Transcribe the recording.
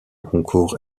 concours